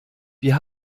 wir